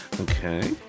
Okay